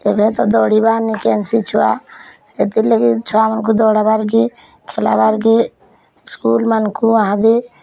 ଏବେ ତ ଦୌଡ଼ିବାର୍ ନେହିଁ କେନ୍ସି ଛୁଆ ହେତିର୍ ଲାଗି ଛୁଆମାନକୁ ଦୌଡ଼ାବାର୍ କେ ଖେଲାବାର୍ କେ ସ୍କୁଲ୍ ମାନଙ୍କୁ ୟାହାଦେ